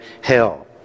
hell